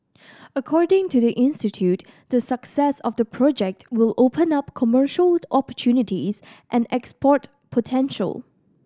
according to the institute the success of the project will open up commercial opportunities and export potential